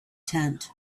tent